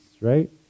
right